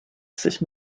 sich